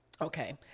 Okay